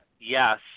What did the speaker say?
yes